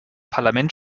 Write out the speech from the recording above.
parlament